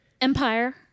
Empire